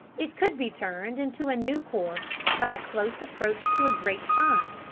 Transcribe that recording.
it could be turned into a new course by a close approach to a great sun,